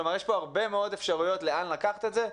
כלומר, יש פה הרבה מאוד אפשרויות לאן לקחת את זה.